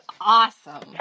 awesome